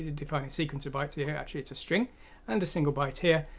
define a sequence of bytes here here actually it's a string and a single byte here,